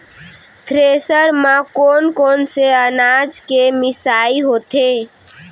Thresher म कोन कोन से अनाज के मिसाई होथे?